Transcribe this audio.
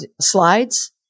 slides